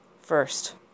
first